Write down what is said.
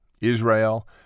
Israel